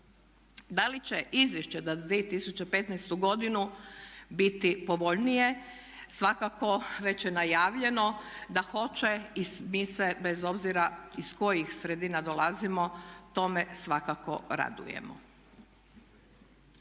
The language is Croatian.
Da li će Izvješće za 2015. godinu biti povoljnije svakako već je najavljeno da hoće i mi se bez obzira iz kojih sredina dolazimo tome svakako radujemo.